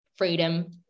freedom